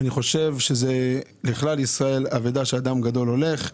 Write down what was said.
אני חושב שזה אבדה לכלל ישראל שאדם גדול הולך.